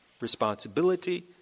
responsibility